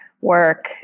work